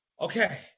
okay